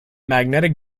magnetic